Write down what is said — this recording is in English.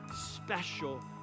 special